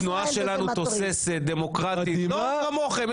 התנועה שלנו תוססת, דמוקרטית, לא כמוכם.